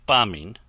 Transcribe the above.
Bombing